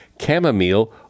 chamomile